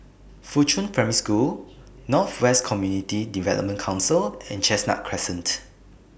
Fuchun Primary School North West Community Development Council and Chestnut Crescent